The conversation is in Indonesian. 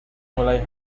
mulai